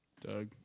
Doug